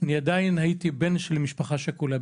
אני עדיין הייתי בן למשפחה שכולה,